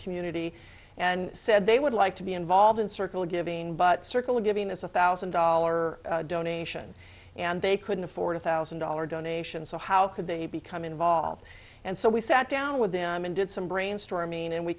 community and said they would like to be involved in circle giving circle of giving us a thousand dollar donation and they couldn't afford a thousand dollar donation so how could they become involved and so we sat down with them and did some brainstorming and we